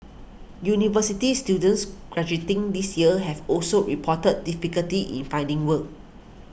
university students graduating this year have also reported difficulty in finding work